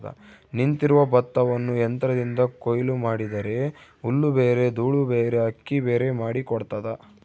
ನಿಂತಿರುವ ಭತ್ತವನ್ನು ಯಂತ್ರದಿಂದ ಕೊಯ್ಲು ಮಾಡಿದರೆ ಹುಲ್ಲುಬೇರೆ ದೂಳುಬೇರೆ ಅಕ್ಕಿಬೇರೆ ಮಾಡಿ ಕೊಡ್ತದ